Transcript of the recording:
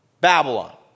Babylon